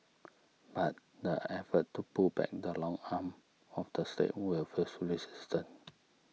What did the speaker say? but the efforts to pull back the long arm of the State will face resistance